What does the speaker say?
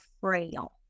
frail